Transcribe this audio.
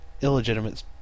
illegitimate